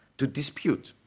to dispute.